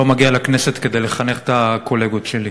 לא מגיע לכנסת כדי לחנך את הקולגות שלי.